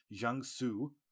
Jiangsu